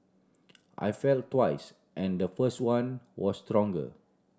I felt twice and the first one was stronger